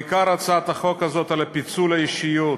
הצעת החוק הזאת היא בעיקר על פיצול האישיות,